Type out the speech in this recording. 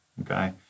Okay